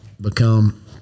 become